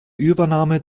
übernahme